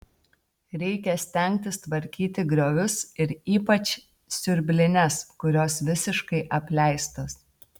reikia stengtis tvarkyti griovius ir ypač siurblines kurios visiškai apleistos